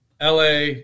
LA